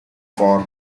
for